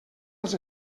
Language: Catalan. als